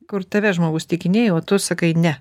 kur tave žmogus įtikinėja o tu sakai ne